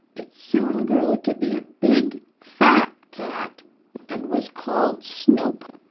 it soon grew to be a big, fat cat and was called snoop.